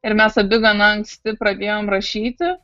ir mes abi gana anksti pradėjom rašyti